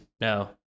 no